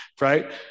right